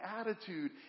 attitude